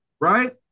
right